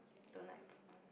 don't like prawn